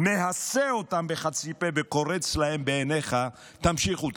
מהסה אותם בחצי פה וקורץ להם בעיניך: תמשיכו,